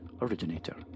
originator